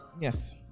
Yes